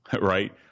right